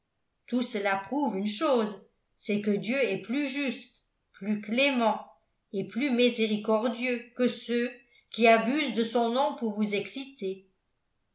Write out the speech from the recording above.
tout cela prouve une chose c'est que dieu est plus juste plus clément et plus miséricordieux que ceux qui abusent de son nom pour vous exciter